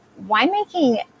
winemaking